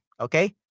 Okay